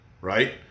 right